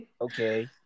Okay